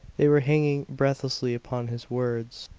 they were hanging breathlessly upon his words.